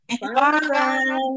Bye